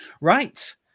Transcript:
Right